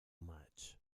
much